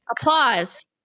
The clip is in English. Applause